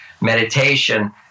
meditation